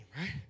right